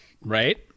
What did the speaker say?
Right